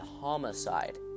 homicide